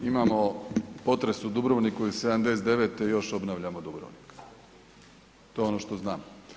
Imamo potres u Dubrovniku iz '79. i još obnavljamo Dubrovnik, to je ono što znam.